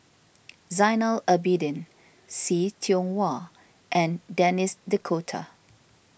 Zainal Abidin See Tiong Wah and Denis D'Cotta